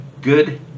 good